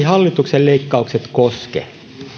hallituksen leikkaukset eivät koske